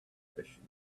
edition